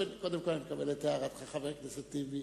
קודם כול, אני מקבל את הערתך, חבר הכנסת טיבי.